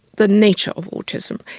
the nature of autism.